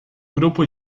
grupo